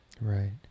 Right